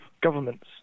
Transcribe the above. governments